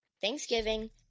Thanksgiving